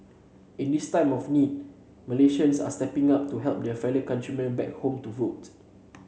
in this time of need Malaysians are stepping up to help their fellow countrymen back home to vote